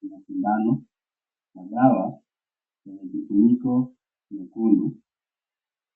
Kuna sindano na dawa yenye kifuniko nyekundu